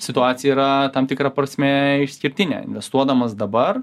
situacija yra tam tikra prasme išskirtinė investuodamas dabar